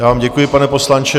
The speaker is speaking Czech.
Já vám děkuji, pane poslanče.